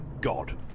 God